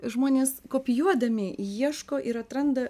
žmonės kopijuodami ieško ir atranda